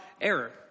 error